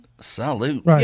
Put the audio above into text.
Salute